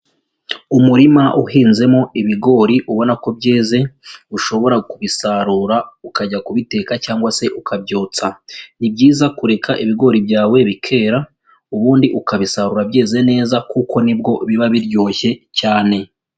Umurima uhinzemo ibigori ubona ko byeze ushobora kubisarura ukajya kubiteka cyangwa se ukabyotsa, ni byiza kureka ibigori byawe bikera, ubundi ukabisarura byeze neza kuko nibwo biba biryoshye cyane.